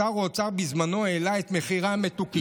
ששר אוצר בזמנו העלה את מחירי המתוקים.